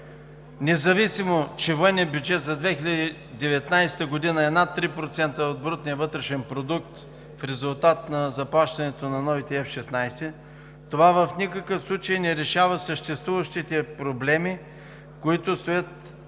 Независимо че военният бюджет за 2019 г. е над 3% от брутния вътрешен продукт в резултат на заплащането на новите F-16, това в никакъв случай не решава съществуващите проблеми, които стоят на